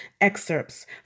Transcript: excerpts